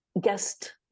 guest